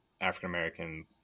African-American